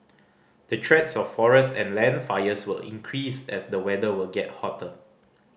the threats of forest and land fires will increase as the weather will get hotter